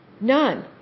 None